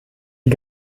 die